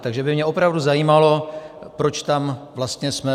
Takže by mě opravdu zajímalo, proč tam vlastně jsme.